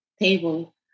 table